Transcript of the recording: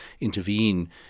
intervene